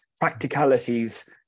practicalities